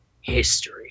history